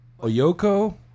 Oyoko